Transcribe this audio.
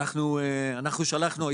אנחנו שלחנו.